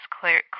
clear